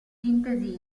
sintesi